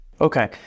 Okay